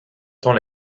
temps